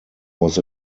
was